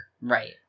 right